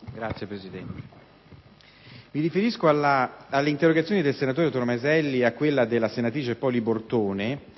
culturali*. Mi riferisco alle interrogazioni dei senatori Tomaselli, Della Seta e Ferrante,